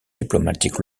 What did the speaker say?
diplomatic